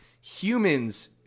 humans